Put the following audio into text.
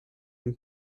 dem